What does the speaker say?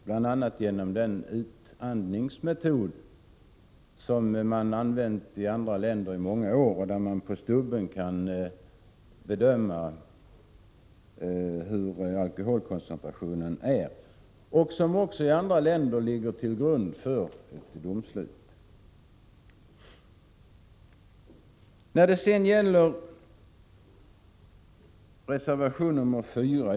Bl.a. har man i andra länder i många år använt en utandningsmetod som gör det möjligt att omedelbart bedöma alkoholkoncentrationen och det resultatet får i andra länder också ligga till grund för domslut. Jag yrkar avslag på reservation nr 3.